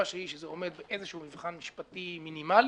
שהיא שזה עומד באיזשהו מבחן משפטי מינימלי,